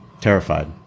Terrified